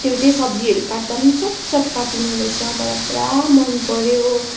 त्यो चाहिँ सब्जीहरू काट्दा पनि चट्चट् काटिने रहेछ मलाई पुरा मनपऱ्यो